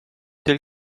telle